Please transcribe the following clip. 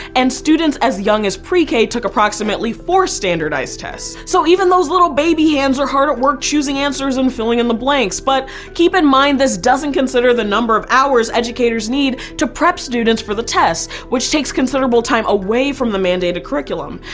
and students as young as pre-k took approximately four standardized tests. so even those little baby hands are hard at work choosing answers and filling in the blanks. but keep in mind this doesn't consider the number of hours educators need to prep students for the tests which takes considerable time away from the mandated curriculum.